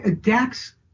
Dax